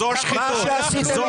--- זו השחיתות.